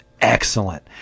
excellent